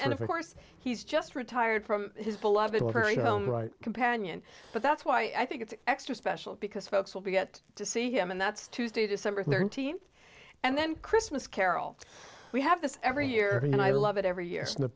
and of course he's just retired from his beloved companion but that's why i think it's extra special because folks will be get to see him and that's tuesday december thirteenth and then christmas carol we have this every year and i love it every year